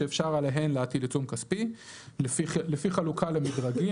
שאפשר עליהן להטיל עיצום כספי לפי חלוקה למדרגים.